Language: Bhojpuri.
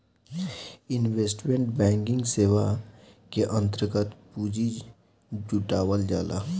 इन्वेस्टमेंट बैंकिंग सेवा के अंतर्गत पूंजी जुटावल जाला